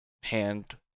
hand